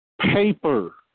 paper